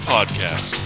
Podcast